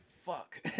fuck